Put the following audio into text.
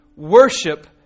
Worship